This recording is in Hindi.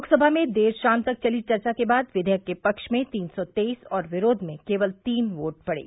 लोकसभा में देर शाम तक चली चर्चा के बाद विधेयक के पक्ष में तीन सौ तेईस और विरोध में केवल तीन वोट पड़े